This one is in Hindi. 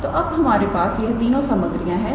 तोअब हमारे पास यह तीनों सामग्रियां है